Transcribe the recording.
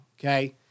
okay